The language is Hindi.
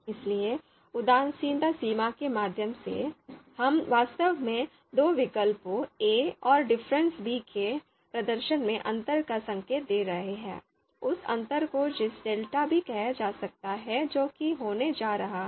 इसलिए उदासीनता सीमा के माध्यम से हम वास्तव में दो विकल्पों 'a' और difference b 'के प्रदर्शन में अंतर का संकेत दे रहे हैं उस अंतर को जिसे डेल्टा भी कहा जा सकता है जो कि होने जा रहा है